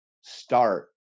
start